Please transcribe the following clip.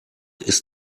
ist